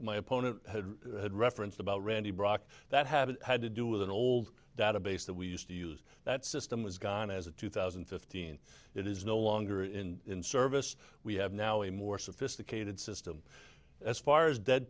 my opponent had referenced about randy brock that have had to do with an old database that we used to use that system was gone as a two thousand and fifteen it is no longer in service we have now a more sophisticated system as far as dead